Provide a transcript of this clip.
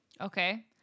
Okay